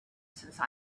since